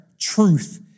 truth